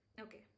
Okay